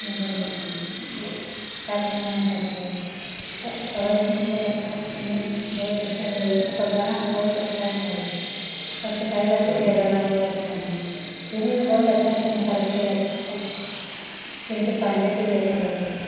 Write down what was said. बहुत नीक लगै छै ओ साथ निभाना साथिया पवन सिंह बहुत अच्छा नीक बहुत अच्छा हीरो ओकर गाना बहुत अच्छा हइ आओर खेसारी लालके भी हइ गाना बहुत अच्छा हइ फिलिम भी बहुत अच्छा अच्छा निकालै छै चिन्टू पाण्डेके भी अच्छा लगै छै